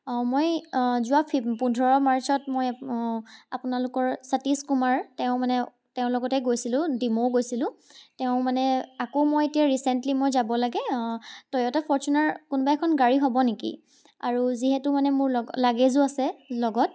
অঁ মই যোৱা ফি পোন্ধৰ পোন্ধৰ মাৰ্চত মই আপোনালোকৰ সতীশ কুমাৰ তেওঁ মানে তেওঁৰ লগতে গৈছিলোঁ ডিমৌ গৈছিলোঁ আকৌ মই এতিয়া ৰিচেণ্টলি মই যাব লাগে টয়'টা ফৰচুনাৰ কোনোবা এখন গাড়ী হ'ব নেকি আৰু যিহেতু মানে মোৰ লাগেজো আছে লগত